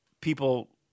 people